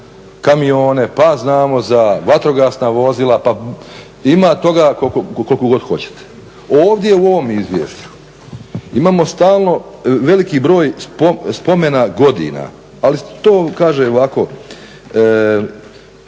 kamione, pa znamo za vatrogasna vozila pa ima toga koliko god hoćete. Ovdje u ovom izvješću imamo stalno veliki broj spomena godina, ali to kaže ovako,